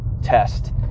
test